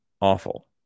awful